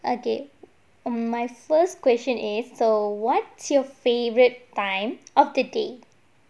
okay hmm my first question is so what's your favourite time of the day